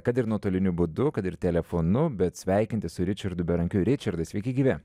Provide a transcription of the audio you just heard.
kad ir nuotoliniu būdu kad ir telefonu bet sveikintis su ričardu berankiu ričardai sveiki gyvi